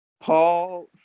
Paul